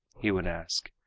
he would ask.